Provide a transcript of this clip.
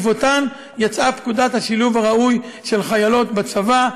ובעקבותיהן יצאה פקודת השילוב הראוי של חיילות בצבא,